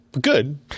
Good